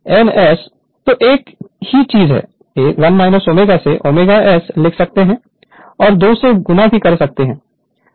तो एक ही चीज़ 1 ω से ω S लिख सकती है और 2 से गुणा भी कर सकती है